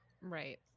Right